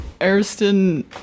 Ariston